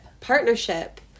partnership